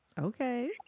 Okay